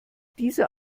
dieser